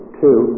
two